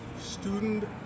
Student